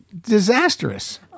disastrous